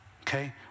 okay